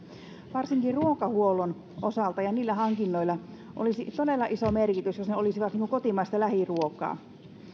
varsinkin ruokahuollon hankinnoilla olisi todella iso merkitys jos ne olisivat kotimaista lähiruokaa